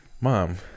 Mom